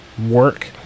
work